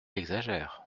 exagère